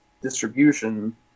distribution